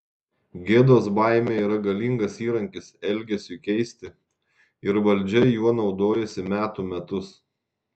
gėdos baimė yra galingas įrankis elgesiui keisti ir valdžia juo naudojasi metų metus